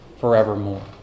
Forevermore